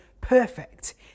perfect